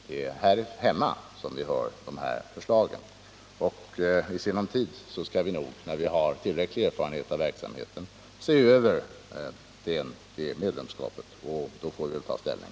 Det är här hemma vi hör dessa förslag. I sinom tid, när vi har tillräcklig erfarenhet av verksamheten, skall vi se över medlemskapet, och då får vi ta ställning.